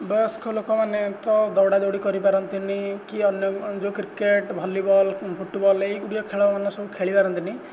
ବୟସ୍କ ଲୋକମାନେ ତ ଦୌଡ଼ାଦୌଡ଼ି କରିପାରନ୍ତିନି କି ଅନ୍ୟ ଯେଉଁ କ୍ରିକେଟ୍ ଭଲିବଲ୍ ଫୁଟ୍ବଲ୍ ଏହିଗୁଡ଼ିକ ଖେଳମାନ ସବୁ ଖେଳିପାରନ୍ତିନି